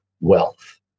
wealth